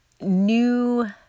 new